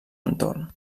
entorn